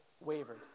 wavered